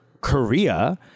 korea